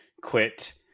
quit